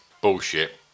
bullshit